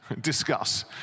Discuss